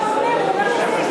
הם לא רוצים להתאחד.